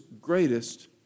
greatest